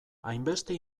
hainbeste